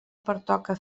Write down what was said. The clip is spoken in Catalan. pertoca